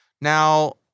Now-